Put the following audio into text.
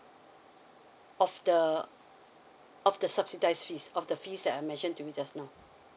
of the of the subsidize fees of the fees that I mentioned to you just now